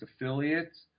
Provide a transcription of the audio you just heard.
affiliates